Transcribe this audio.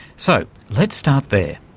so let's start there.